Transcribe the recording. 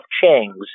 Chang's